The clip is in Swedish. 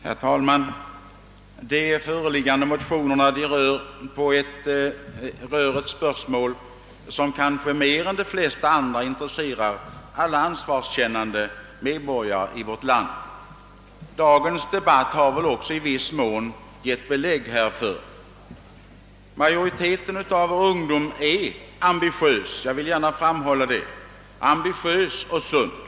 Herr talman! De föreliggande motionerna rör ett spörsmål, som kanske mer än de flesta andra intresserar alla ansvarskännande medborgare i vårt land. Dagens debatt har väl också i viss mån givit belägg härför. Jag vill gärna med anledning av vissa anföranden framhålla att majoriteten av vår ungdom är ambitiös och sund.